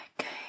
Okay